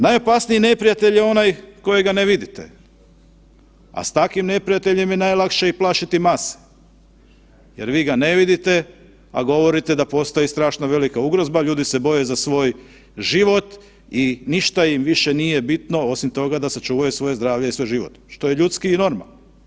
Najopasnije neprijatelj je onaj kojega ne vidite, a s takvim neprijateljem je najlakše i plašiti mase jer vi ga ne vidite, a govorite da postoji strašno velika ugrozba, ljudi se boje za svoj život i ništa im više nije bitno osim toga da sačuvaju svoje zdravlje i svoj život, to je ljudski i normalno.